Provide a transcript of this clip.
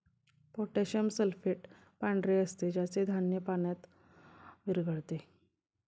potassium sulphate पांढरे असते ज्याचे धान्य पाण्यात विरघळते